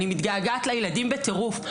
ואני מתגעגעת לילדים בטירוף.